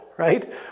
right